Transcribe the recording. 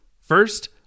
First